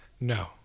No